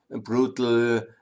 brutal